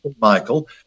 Michael